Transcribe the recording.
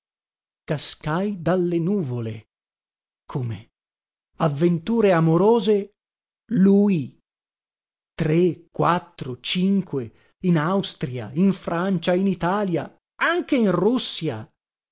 cascai dalle nuvole come avventure amorose lui tre quattro cinque in austria in francia in italia anche in russia